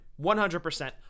100